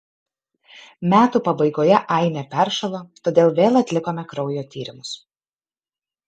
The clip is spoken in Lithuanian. metų pabaigoje ainė peršalo todėl vėl atlikome kraujo tyrimus